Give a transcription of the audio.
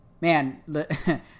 Man